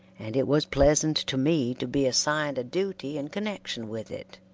and it was pleasant to me to be assigned a duty in connection with it,